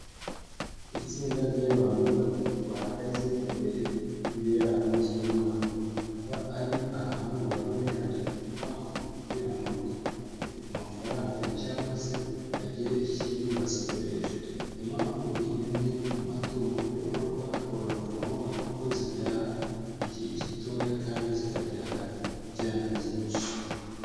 Itsinda ry'abantu batatu bahagaze imbere y'ibiraro by'inkwavu, akaba ari ahantu bororera inkwavu, kugira ngo babone amafaranga cyangwa se bagire ikindi bazikoresha. Inkwavu ni bimwe mu matungo yororwa, akororoka vuba kuko zibyara igihe gitoya, kandi zikabyara ibyana byinshi.